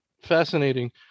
Fascinating